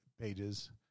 pages